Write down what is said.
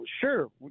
sure